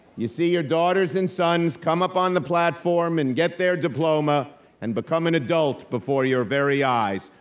you see your daughters and sons come up on the platform and get their diploma and become an adult before your very eyes.